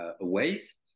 ways